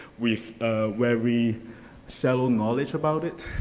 with where we sell knowledge about it,